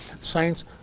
Saints